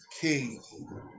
King